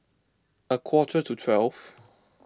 a quarter to twelve